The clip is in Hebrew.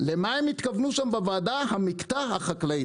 למה הם התכוונו שם בוועדה 'המקטע החקלאי'.